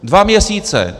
Dva měsíce.